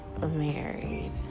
married